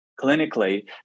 clinically